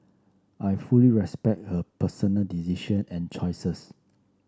I fully respect her personal decision and choices